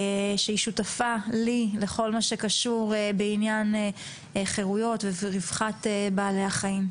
שהיא שותפה לי בכל מה שקשור לעניין חירויות רווחת בעלי החיים,